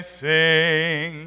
sing